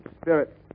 Spirit